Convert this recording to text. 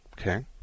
Okay